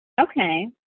Okay